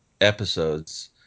episodes